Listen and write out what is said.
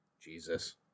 Jesus